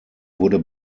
wurde